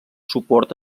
suport